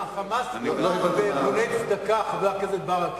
ה"חמאס" נולד מארגוני צדקה, חבר הכנסת ברכה.